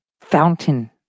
fountain